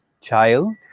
Child